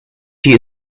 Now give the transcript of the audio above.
you